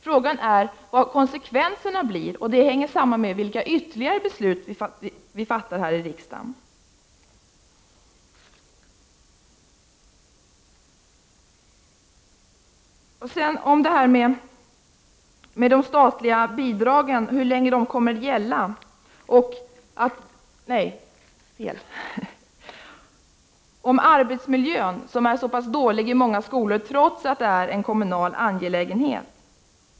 Frågan är vilka konsekvenserna blir, och det beror på vilka ytterligare beslut vi här i riksdagen kommer att fatta. Så till det som sagts om att arbetsmiljön i skolan är dålig trots att detta är en kommunal angelägenhet.